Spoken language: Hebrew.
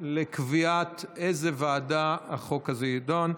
לקביעה באיזו ועדה החוק הזה יידון.